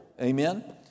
Amen